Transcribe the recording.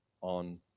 on